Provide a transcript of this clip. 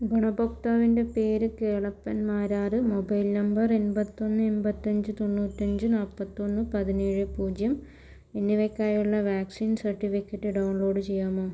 ഗുണഭോക്താവിൻ്റെ പേര് Kelappan Marar mobile number എൺപത്തൊന്ന് എൺപത്തഞ്ച് തൊണ്ണൂറ്റഞ്ച് നാൽപ്പത്തൊന്ന് പതിനേഴ് പൂജ്യം എന്നിവയ്ക്കായുള്ള വാക്സിൻ സർട്ടിഫിക്കറ്റ് ഡൗൺലോഡ് ചെയ്യാമോ